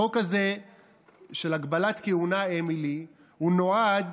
החוק הזה של הגבלת כהונה, אמילי, הוא נועד